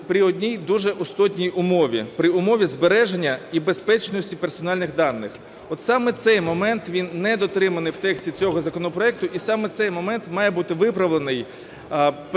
при одній дуже істотній умові: при умові збереження і безпечності персональних даних. От саме цей момент, він не дотриманий в тексті цього законопроекту, і саме цей момент має бути виправлений